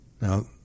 now